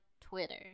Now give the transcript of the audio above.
Twitter